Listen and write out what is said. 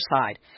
side